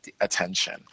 attention